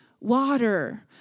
water